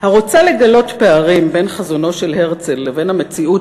"הרוצה לגלות פערים בין חזונו של הרצל לבין המציאות